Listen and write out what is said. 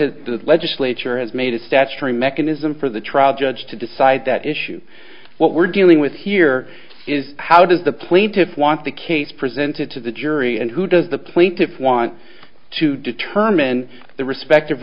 the legislature has made a statutory mechanism for the trial judge to decide that issue what we're dealing with here is how does the plaintiffs want the case presented to the jury and who does the plaintiff want to determine the respect